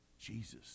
Jesus